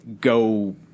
go